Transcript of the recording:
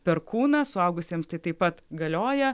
per kūną suaugusiems tai taip pat galioja